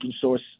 source